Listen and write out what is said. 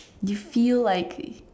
you feel like